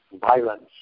violence